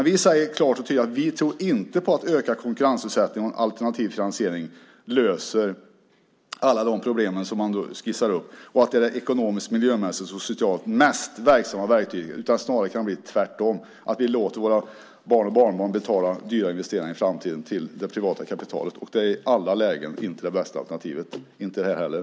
Vi säger klart och tydligt att vi inte tror på att ökad konkurrensutsättning och alternativ finansiering löser alla de problem som man skissar upp och att de är de ekonomiskt, miljömässigt och socialt mest verksamma verktygen. Det kan snarare bli tvärtom: att vi i framtiden låter våra barn och barnbarn betala till det privata kapitalet för dyra investeringar. Det är inte det bästa alternativet i alla lägen, inte här heller.